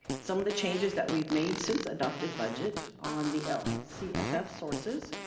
some of the changes that we've made since adopted budget on the lcff sources,